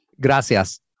Gracias